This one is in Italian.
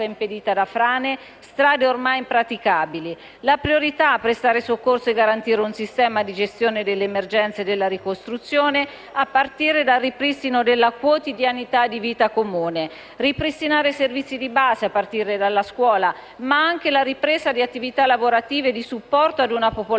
La priorità è prestare soccorso e garantire un sistema di gestione dell'emergenza e della ricostruzione, a partire dal ripristino della quotidianità di vita in comune, ripristinare servizi di base a partire dalla scuola, ma anche la ripresa di attività lavorative e di supporto ad una popolazione